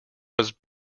was